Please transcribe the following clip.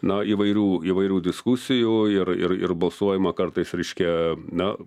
na įvairių įvairių diskusijų ir ir ir balsuojama kartais reiškia na